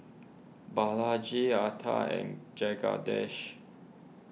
Balaji Atal and Jagadish